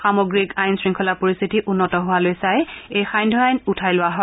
সামগ্ৰিক আইন শৃংখলা পৰিশ্বিতি উন্নত হোৱা লৈ চাই এই সান্ধ্য আইন উঠাই লোৱা হয়